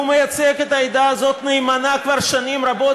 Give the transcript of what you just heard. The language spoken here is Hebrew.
והוא מייצג את העדה הזאת נאמנה כבר שנים רבות,